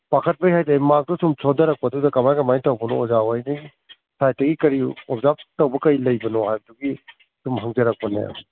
ꯄꯥꯈꯠꯄꯒꯤ ꯍꯥꯏꯇꯥꯔꯦ ꯃꯥꯛꯇꯣ ꯁꯨꯝ ꯁꯣꯟꯗꯔꯛꯄꯗꯨꯗ ꯀꯃꯥꯏ ꯀꯃꯥꯏ ꯇꯧꯕꯅꯣ ꯑꯣꯖꯥꯈꯣꯏꯒꯤ ꯁꯥꯏꯠꯇꯒꯤ ꯀꯔꯤ ꯑꯣꯕꯖꯥꯔ꯭ꯕ ꯇꯧꯕ ꯀꯔꯤ ꯂꯩꯕꯅꯣ ꯍꯥꯏꯕꯗꯨꯒꯤ ꯁꯨꯝ ꯍꯪꯖꯔꯛꯄꯅꯦ